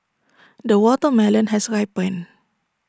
the watermelon has ripened